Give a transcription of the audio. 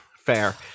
fair